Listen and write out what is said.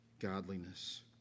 godliness